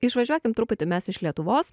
išvažiuokim truputį mes iš lietuvos